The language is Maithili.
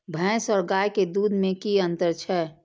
भैस और गाय के दूध में कि अंतर छै?